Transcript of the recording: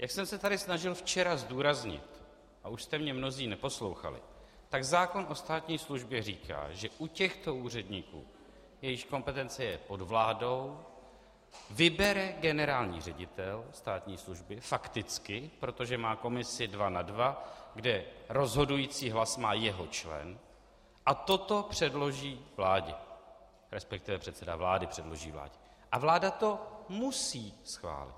Jak jsem se tady snažil včera zdůraznit, a už jste mě mnozí neposlouchali, tak zákon o státní službě říká, že u těchto úředníků, jejichž kompetence je pod vládou, vybere generální ředitel státní služby, fakticky, protože má komisi dva na dva, kde rozhodující hlas má jeho člen, a toto předloží vládě, respektive předseda vlády předloží vládě, a vláda to musí schválit.